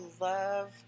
love